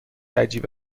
عجیب